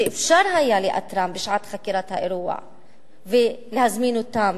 שאפשר היה לאתרם בשעת חקירת האירוע ולהזמין אותם